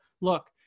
look